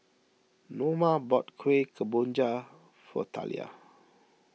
Noma bought Kuih Kemboja for Talia